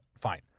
Fine